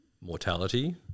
mortality